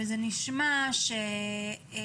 וזה נשמע שכולנו,